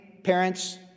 parents